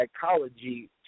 psychology